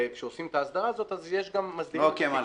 שכשעושים את ההסדרה הזאת אז מסדירים את זה כקצבה.